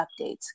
updates